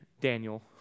Daniel